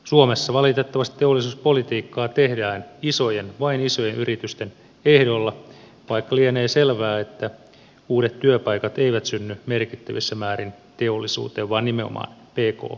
suomessa valitettavasti teollisuuspolitiikkaa tehdään vain isojen yritysten ehdoilla vaikka lienee selvää että uudet työpaikat eivät synny merkittävissä määrin teollisuuteen vaan nimenomaan pk yrityksiin